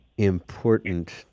important